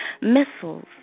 missiles